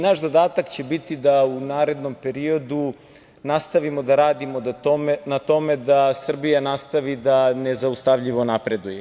Naš zadatak će biti da u narednom periodu nastavimo da radimo na tome da Srbija nastavi da nezaustavljivo napreduje.